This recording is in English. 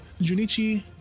Junichi